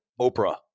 Oprah